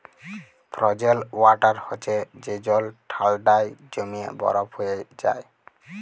frozen water হছে যে জল ঠাল্ডায় জইমে বরফ হঁয়ে যায়